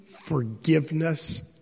forgiveness